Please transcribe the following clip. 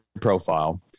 profile